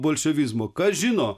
bolševizmo kas žino